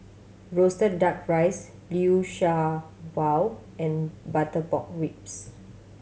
roasted Duck Rice Liu Sha Bao and butter pork ribs